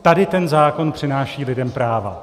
Tady ten zákon přináší lidem práva.